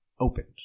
opened